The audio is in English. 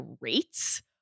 rates